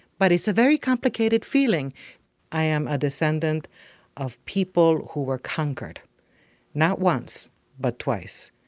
but it's a very complicated feeling i am a descendant of people who were conquered not once but twice.